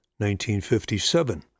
1957